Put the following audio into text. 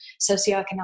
socioeconomic